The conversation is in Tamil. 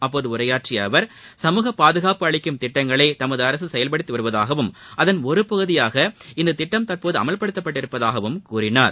அப்போது உரையாற்றிய அவர் சமூக பாதுகாப்பு அளிக்கும் திட்டங்களை தமது அரசு செயல்படுத்தி வருவதாகவும் அதன் ஒரு பகுதியாக இந்த திட்டம் தற்போது அமல்படுத்தப்பட்டுள்ளதாகவும் கூறினார்